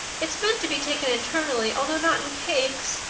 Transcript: it's meant to be taken internally although not in cakes.